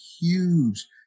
huge